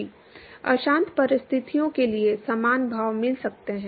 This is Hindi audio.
अशांत परिस्थितियों के लिए समान भाव मिल सकते हैं